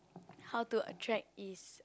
how to attract is